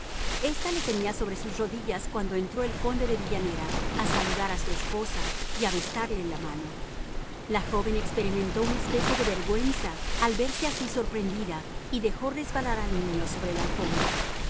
esta le tenía sobre sus rodillas cuando entró el conde de villanera a saludar a su esposa y a besarle la mano la joven experimentó una especie de vergüenza al verse así sorprendida y dejó resbalar al niño sobre la alfombra